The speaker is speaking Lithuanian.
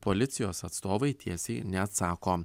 policijos atstovai tiesiai neatsako